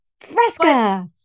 Fresca